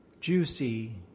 juicy